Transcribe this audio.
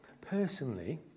Personally